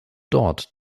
dort